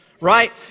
Right